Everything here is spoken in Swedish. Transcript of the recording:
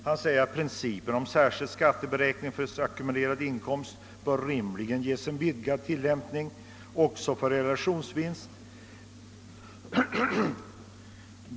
Herr Ahlmark skriver: »Principen om särskild skatteberäkning för ackumulerad inkomst bör rimligen ges en vidgad tilllämpning också för realisationsvinst.